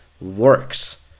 works